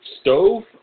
stove